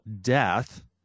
death